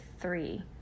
three